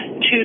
two